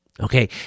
Okay